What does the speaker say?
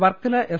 Varkala S